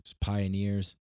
pioneers